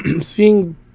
seeing